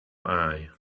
eye